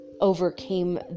overcame